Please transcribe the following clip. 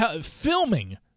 filming